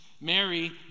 Mary